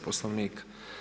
Poslovnika.